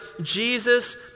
Jesus